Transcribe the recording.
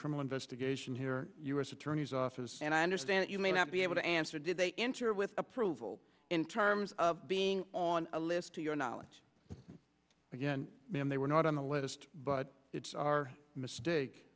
criminal investigation here u s attorney's office and i understand you may not be able to answer did they enter with approval in terms of being on a list to your knowledge again ma'am they were not on the list but it's our mistake